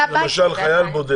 למשל חייל בודד,